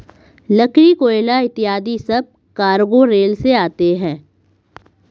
लकड़ी, कोयला इत्यादि सब कार्गो रेल से आते हैं